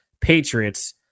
Patriots